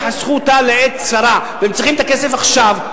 וחסכו אותה לעת צרה והם צריכים את הכסף עכשיו,